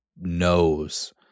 knows